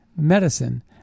medicine